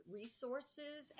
resources